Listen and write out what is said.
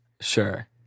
sure